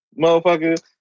motherfucker